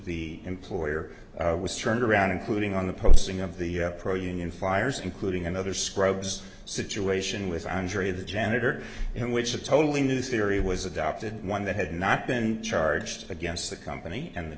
the employer was turned around including on the posting of the pro union fires including another scrubs situation with andrea the janitor in which a totally new theory was adopted one that had not been charged against the company and the